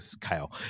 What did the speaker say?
Kyle